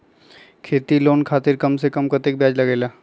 खेती लोन खातीर कम से कम कतेक ब्याज लगेला?